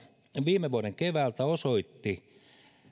viime vuoden keväältä osoitti